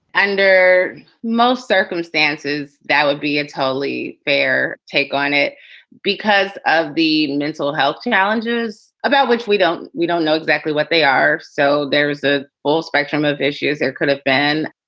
under most circumstances, that would be entirely fair. take on it because of the mental health challenges about which we don't we don't know exactly what they are. so there's a whole spectrum of issues. there could have been,